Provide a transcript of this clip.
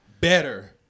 Better